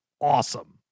awesome